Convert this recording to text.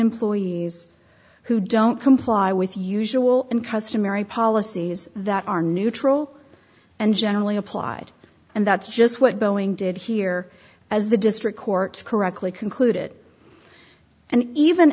employees who don't comply with usual and customary policies that are neutral and generally applied and that's just what boeing did here as the district court correctly concluded and even